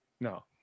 No